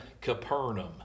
Capernaum